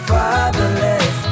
fatherless